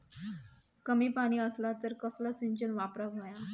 कमी पाणी असला तर कसला सिंचन वापराक होया?